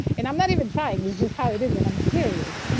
and i'm not even trying. it's just how it is when i'm serious.